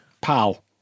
Pal